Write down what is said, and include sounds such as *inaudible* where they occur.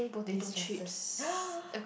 distresses *noise*